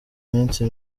minsi